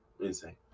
Insane